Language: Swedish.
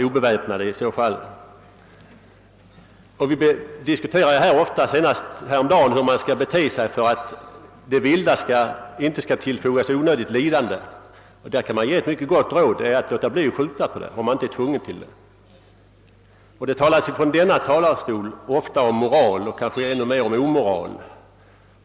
Senast häromdagen diskuterade vi hur man skall bete sig för att viltet inte skall tillfogas onödigt lidande. Därvidlag kan ett gott råd ges: man skall helt enkelt låta bli att skjuta på viltet, om man inte är tvungen. Det ordas från denna talarstol ofta om moral och kanske ännu oftare om omoral.